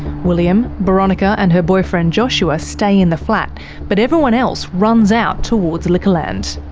william, boronika and her boyfriend joshua stay in the flat but everyone else runs out towards liquorland.